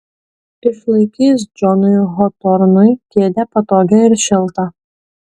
išlaikys džonui hotornui kėdę patogią ir šiltą